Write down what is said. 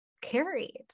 carried